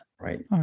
right